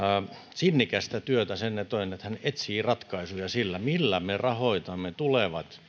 sinnikästä työtä sen eteen että hän etsii ratkaisuja sille millä me rahoitamme tulevat